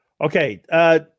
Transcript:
okay